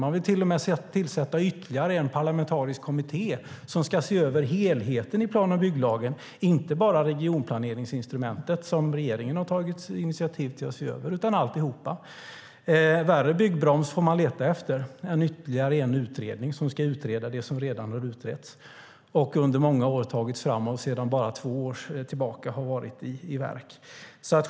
Man vill till och med tillsätta ytterligare en parlamentarisk kommitté som ska se över helheten i plan och bygglagen och inte bara regionplaneringsinstrumentet som regeringen har tagit initiativ till att se över, utan alltihop. En värre byggbroms än ytterligare en utredning som ska utreda det som redan har utretts och under många år har tagits fram och bara sedan två år tillbaka har varit i bruk får man leta efter.